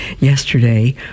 yesterday